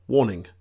Warning